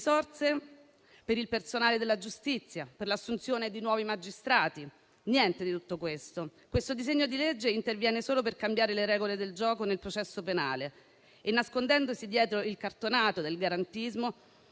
risorse per il personale della giustizia, per l'assunzione di nuovi magistrati. Niente di tutto questo. Il disegno di legge al nostro esame interviene solo per cambiare le regole del gioco nel processo penale e, nascondendosi dietro il cartonato del garantismo,